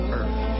earth